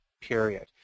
period